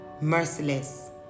merciless